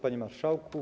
Panie Marszałku!